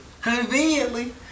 Conveniently